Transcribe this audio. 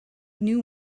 new